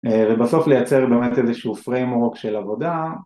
ובסוף לייצר באמת איזשהו framework של עבודה